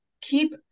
Keep